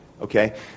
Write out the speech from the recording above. Okay